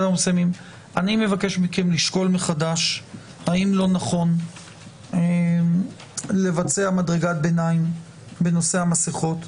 אני מבקש מכם לשקול מחדש האם לא נכון לבצע מדרגת ביניים בנושא המסכות.